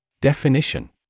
Definition